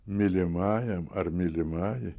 mylimajam ar mylimajai